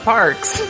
Parks